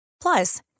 Plus